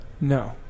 No